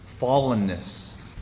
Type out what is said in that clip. fallenness